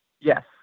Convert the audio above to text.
Yes